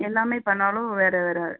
எல்லாமே பண்ணாலும் வேறு வேறு